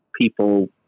people